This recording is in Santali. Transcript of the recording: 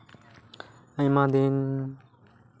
ᱟᱭᱢᱟ ᱫᱤᱱ